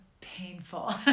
painful